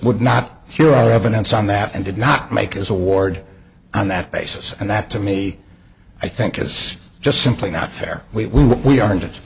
would not hear our evidence on that and did not make his award on that basis and that to me i think it's just simply not fair we we aren't